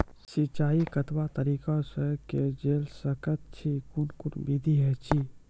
सिंचाई कतवा तरीका सअ के जेल सकैत छी, कून कून विधि ऐछि?